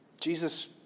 Jesus